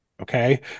Okay